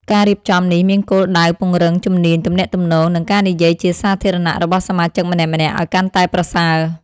ការរៀបចំនេះមានគោលដៅពង្រឹងជំនាញទំនាក់ទំនង និងការនិយាយជាសាធារណៈរបស់សមាជិកម្នាក់ៗឱ្យកាន់តែប្រសើរ។